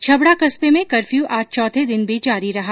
छबड़ा कस्बे में कर्फ्यू आज चौथे दिन भी जारी रहा